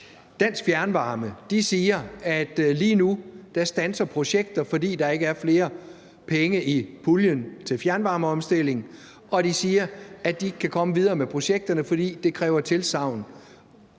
Dansk Fjernvarme siger, at lige nu standser projekter, fordi der ikke er flere penge i puljen til fjernvarmeomstilling. Og de siger, at de ikke kan komme videre med projekterne, fordi det kræver projekttilsagn.